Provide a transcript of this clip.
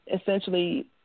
essentially